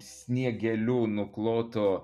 sniegeliu nukloto